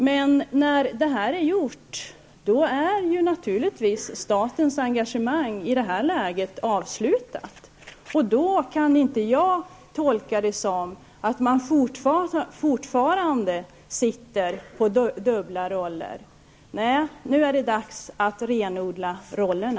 Men när detta är gjort är naturligtvis statens engagemang avslutat. Jag kan inte tolka det som att man då fortfarande spelar dubbla roller. Nej, nu är det dags att renodla rollerna.